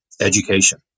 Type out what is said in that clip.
education